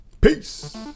peace